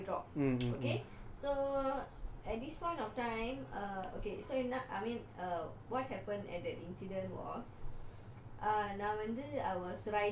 or if not I will just jump before I drop okay so at this point of time err okay so you know I mean uh what happened at an incident was